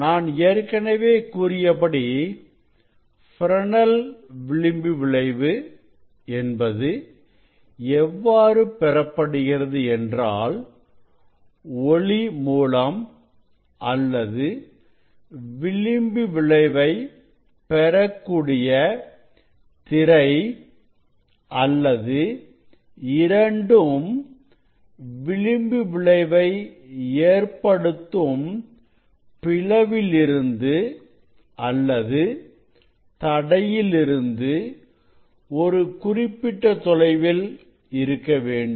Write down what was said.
நான் ஏற்கனவே கூறியபடி ஃப்ரெனெல் விளிம்பு விளைவு என்பது எவ்வாறு பெறப்படுகிறது என்றால் ஒளி மூலம் அல்லது விளிம்பு விளைவை பெறக்கூடிய திரை அல்லது இரண்டும் விளிம்பு விளைவை ஏற்படுத்தும் பிளவுலிருந்து அல்லது தடையிலிருந்து ஒரு குறிப்பிட்ட தொலைவில் இருக்க வேண்டும்